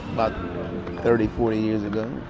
but thirty forty years ago.